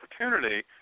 opportunity